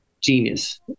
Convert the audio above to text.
genius